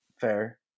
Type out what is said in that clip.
fair